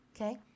Okay